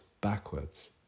backwards